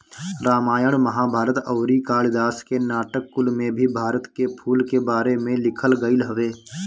रामायण महाभारत अउरी कालिदास के नाटक कुल में भी भारत के फूल के बारे में लिखल गईल हवे